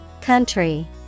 Country